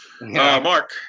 Mark